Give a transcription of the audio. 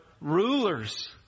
rulers